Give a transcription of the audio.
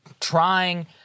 trying